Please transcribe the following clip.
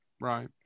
Right